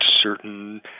certain